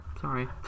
sorry